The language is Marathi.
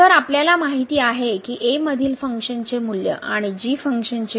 तर आपल्याला माहिती आहे की a मधील फंक्शनचे मूल्य आणि g फंक्शनचे मूल्य